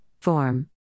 form